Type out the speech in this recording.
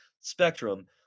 spectrum